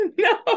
no